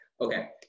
Okay